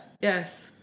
Yes